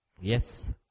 yes